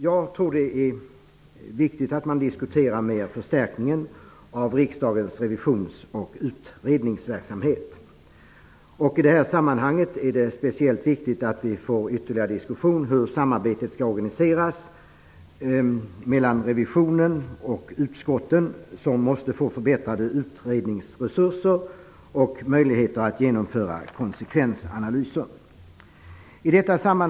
Jag tror att det är viktigt att diskutera förstärkningen av riksdagens revisions och utredningsverksamhet. I detta sammanhang är det speciellt viktigt med ytterligare diskussion om hur samarbetet skall organiseras mellan revisionen och utskotten, vilka måste få förbättrade utredningsresurser och möjligheter att genomföra konsekvensanalyser.